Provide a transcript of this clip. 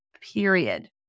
Period